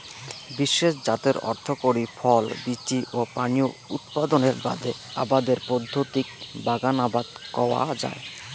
বিশেষ জাতের অর্থকরী ফল, বীচি ও পানীয় উৎপাদনের বাদে আবাদের পদ্ধতিক বাগান আবাদ কওয়া যায়